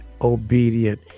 obedient